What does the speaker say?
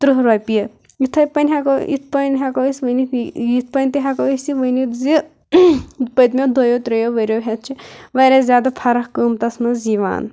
تٕرٛہ رۄپیہِ یِتھَے پٔنۍ ہٮ۪کو یِتھ پٔنۍ ہٮ۪کو أسۍ ؤنِتھ یِتھ پٔنۍ تہِ ہٮ۪کو أسۍ یہِ ؤنِتھ زِ پٔتمو دۄیو ترٛیو ؤرۍ یو ہٮ۪تھ چھِ وارِیاہ زیادٕ فرق قۭمتس منٛز یِوان